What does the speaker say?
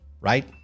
right